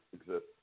exist